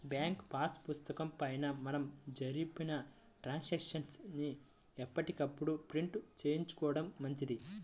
bank pass పుస్తకం పైన మనం జరిపిన ట్రాన్సాక్షన్స్ ని ఎప్పటికప్పుడు ప్రింట్ చేయించుకోడం మంచిది